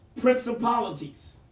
principalities